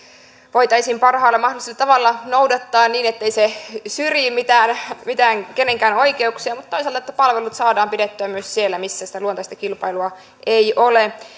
voitaisiin parhaalla mahdollisella tavalla noudattaa niin ettei se syrji kenenkään oikeuksia mutta toisaalta että palvelut saadaan pidettyä myös siellä missä sitä luontaista kilpailua ei ole